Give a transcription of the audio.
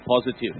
positive